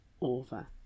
over